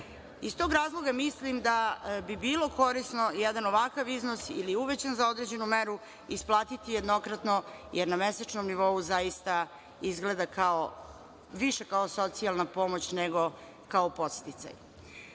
Iz tog razloga mislim da bi bilo koristan jedan ovakav iznos ili uvećan za određenu meru isplatiti jednokratno, jednomesečnom nivou zaista izgleda više kao socijalna pomoć nego kao podsticaj. Dakle,